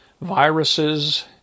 viruses